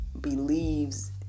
believes